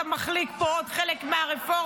אתה מחליק פה עוד חלק מהרפורמה,